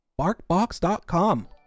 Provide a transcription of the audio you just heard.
BarkBox.com